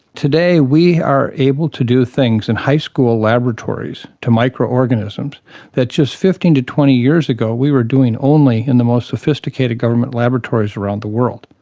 today we are able to do things in the high school laboratories to microorganisms that just fifteen to twenty years ago we were doing only in the most sophisticated government laboratories around the world.